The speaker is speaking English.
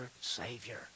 Savior